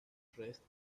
dressed